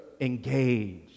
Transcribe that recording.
engaged